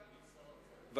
אדוני שר האוצר,